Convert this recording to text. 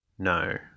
No